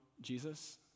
Jesus